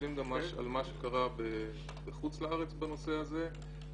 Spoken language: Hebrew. מסתכלים גם על מה שקרה בחוץ לארץ בנושא הזה,